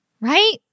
Right